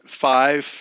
five